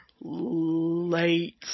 late